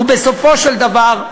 ובסופו של דבר,